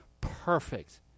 perfect